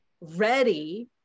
ready